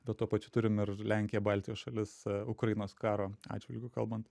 bet tuo pačiu turim ir lenkiją baltijos šalis ukrainos karo atžvilgiu kalbant